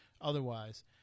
otherwise